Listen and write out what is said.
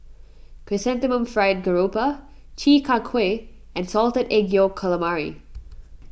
Chrysanthemum Fried Garoupa Chi Kak Kuih and Salted Egg Yolk Calamari